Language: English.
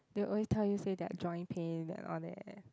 they'll always tell you say their joint pain and all that